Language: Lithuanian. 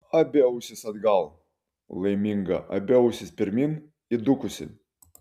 abi ausys atgal laiminga abi ausys pirmyn įdūkusi